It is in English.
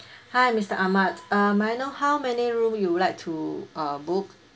hi mister Ahmad uh may I know how many rooms you'd like to uh book